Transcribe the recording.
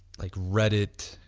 like reddit,